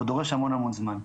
והוא דורש המון המון זמן.